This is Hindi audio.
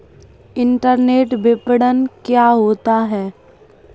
इंटरनेट विपणन क्या होता है?